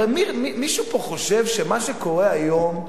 הרי, מישהו פה חושב שמה שקורה היום,